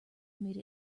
made